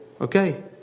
Okay